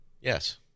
Yes